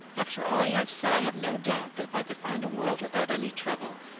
after all you have said i have no doubt that if i could find a world without any trouble,